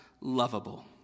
lovable